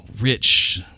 rich